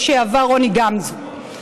רוני גמזו,